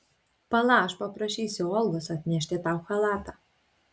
pala aš paprašysiu olgos atnešti tau chalatą